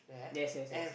yes yes yes